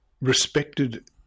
Respected